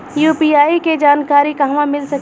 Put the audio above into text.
UPI के जानकारी कहवा मिल सकेले?